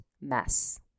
mess